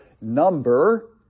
number